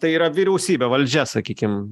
tai yra vyriausybė valdžia sakykim